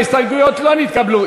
ההסתייגויות לא נתקבלו.